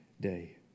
day